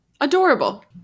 Adorable